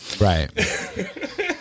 right